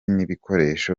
n’ibikoresho